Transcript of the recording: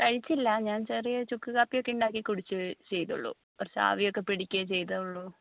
കഴിച്ചില്ല ഞാൻ ചെറിയ ചുക്ക് കാപ്പിയൊക്കെ ഉണ്ടാക്കി കുടിച്ചൂ ചെയ്തുള്ളൂ കുറച്ച് ആവിയൊക്കെ പിടിക്കുകയേ ചെയ്തുള്ളൂ